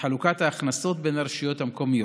חלוקת ההכנסות בין הרשויות המקומיות.